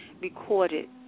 Recorded